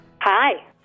Hi